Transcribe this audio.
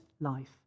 life